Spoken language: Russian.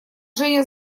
женя